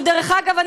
דרך אגב,